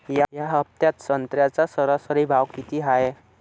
या हफ्त्यात संत्र्याचा सरासरी भाव किती हाये?